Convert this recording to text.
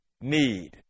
need